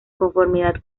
conformidad